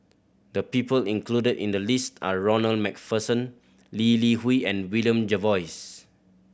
the people included in the list are Ronald Macpherson Lee Li Hui and William Jervois